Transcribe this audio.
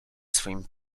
swoim